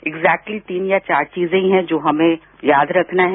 exactly तीन या चार चीजें ही हैं जो हमें याद रखना हैं